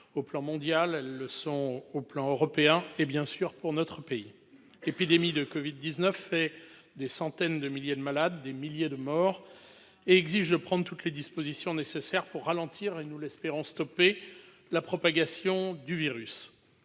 au niveau mondial, au niveau européen et pour notre pays : l'épidémie de Covid-19 fait des centaines de milliers de malades, des milliers de morts et exige de prendre toutes les dispositions nécessaires pour ralentir et, nous l'espérons, stopper la propagation du virus.